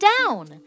Down